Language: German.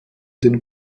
den